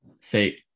say